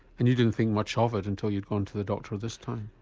and you didn't think much of it until you'd gone to the doctor this time?